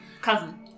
Cousin